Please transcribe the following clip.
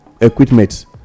equipment